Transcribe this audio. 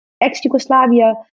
Ex-Yugoslavia